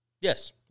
yes